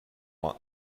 want